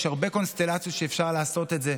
יש הרבה קונסטלציות שאפשר לעשות את זה.